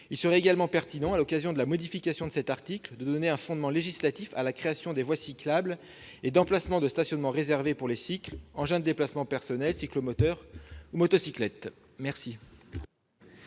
Il serait également pertinent, à l'occasion de la modification de l'article, de donner un fondement législatif à la création de voies cyclables, et d'emplacements de stationnement réservés pour les cycles, engins de déplacement personnel, cyclomoteurs ou motocyclettes. La